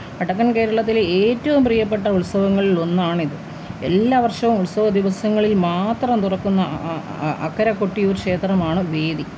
വടക്കൻ കേരളത്തിലെ ഏറ്റവും പ്രിയപ്പെട്ട് ഉത്സവങ്ങളിൽ ഒന്നാണിത് എല്ലാ വർഷവും ഉത്സവദിവസങ്ങളിൽ മാത്രം തുറക്കുന്ന അക്കരെ കൊട്ടിയൂർ ക്ഷേത്രമാണ് വേദി